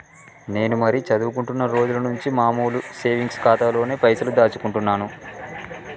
నేను మరీ చదువుకుంటున్నా రోజుల నుంచి మామూలు సేవింగ్స్ ఖాతాలోనే పైసలు దాచుకుంటున్నాను